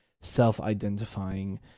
self-identifying